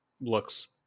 looks